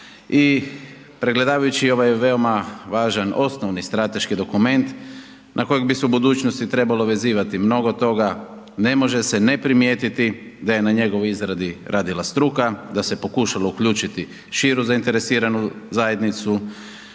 i pregledavajući ovaj veoma važan osnovni strateški dokument na kojeg bi se u budućnosti trebalo vezivati mnogo toga, ne može se ne primijetiti da je na njegovoj izradi radila struka, da se pokušalo uključiti širu zainteresiranu zajednicu,